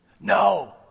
No